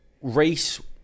race